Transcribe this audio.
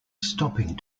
stopping